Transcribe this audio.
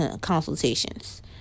consultations